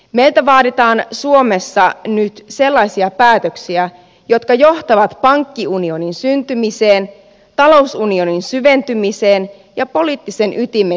meiltä vaaditaan suomessa nyt sellaisia päätöksiä jotka johtavat pankkiunionin syntymiseen talousunionin syventymiseen ja poliittisen ytimen tiivistymiseen